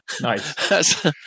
nice